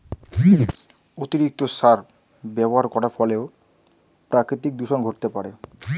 অতিরিক্ত সার ব্যবহার করার ফলেও প্রাকৃতিক দূষন ঘটতে পারে